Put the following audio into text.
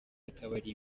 akabari